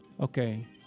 Okay